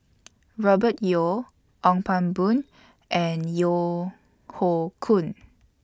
Robert Yeo Ong Pang Boon and Yeo Hoe Koon